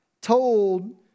told